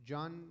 John